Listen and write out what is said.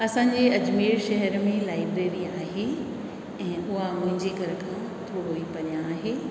असांजे अजमेर शहर में लाइब्रेरी आहे ऐं उहा मुंहिंजे घर खां थोरी परियां आहे